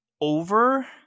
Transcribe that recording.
over